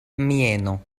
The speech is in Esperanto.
mieno